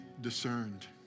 discerned